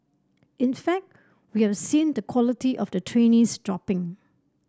in fact we have seen the quality of the trainees dropping